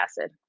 acid